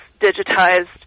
digitized